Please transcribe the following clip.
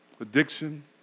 addiction